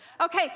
Okay